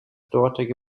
dortige